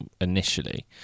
initially